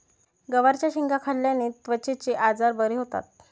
गवारच्या शेंगा खाल्ल्याने त्वचेचे आजार बरे होतात